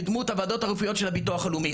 בדמות הוועדות הרפואיות של הביטוח לאומי.